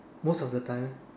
most of the time